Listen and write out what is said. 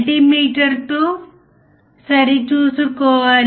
ఇది voltage follower